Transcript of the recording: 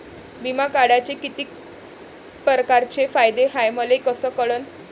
बिमा काढाचे कितीक परकारचे फायदे हाय मले कस कळन?